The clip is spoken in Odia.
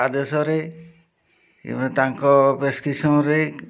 ଆଦେଶରେ ଏବଂ ତାଙ୍କ ପ୍ରେସ୍କ୍ରିପ୍ସନ୍ରେ